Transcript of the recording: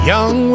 Young